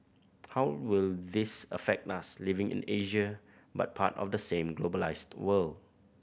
how will this affect us living in Asia but part of the same globalised world